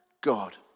God